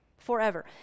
Forever